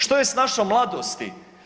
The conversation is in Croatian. Što je s našom mladosti?